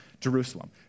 Jerusalem